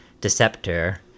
deceptor